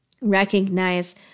recognize